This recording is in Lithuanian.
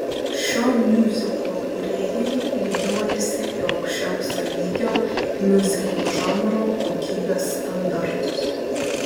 šio miuziklo kūrėjai lygiuojasi į aukščiausio lygio miuziklo žanro kokybės standartus